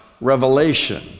revelation